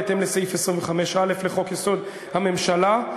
בהתאם לסעיף 25(א) לחוק-יסוד: הממשלה,